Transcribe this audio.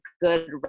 good